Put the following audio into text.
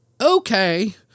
Okay